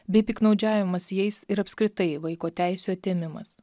bei piktnaudžiavimas jais ir apskritai vaiko teisių atėmimas